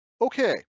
Okay